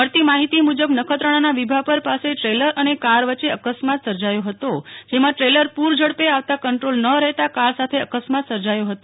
મળતી માહિતી મુજબ નખત્રાણાના વિભાપર પાસે દ્રેલર અને કાર વચ્ચે અકસ્માત સર્જાથો હતો જેમાં ટ્રેલર પુર ઝડપે આવતા કંટ્રોલ ન રહેતા કાર સાથે અકસ્માત સર્જાથો હતો